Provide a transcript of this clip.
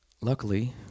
Luckily